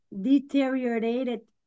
deteriorated